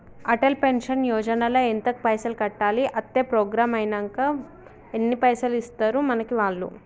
Atal pension Yojana ల ఎంత పైసల్ కట్టాలి? అత్తే ప్రోగ్రాం ఐనాక ఎన్ని పైసల్ ఇస్తరు మనకి వాళ్లు?